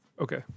Okay